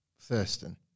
Thurston